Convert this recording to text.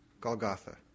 Golgotha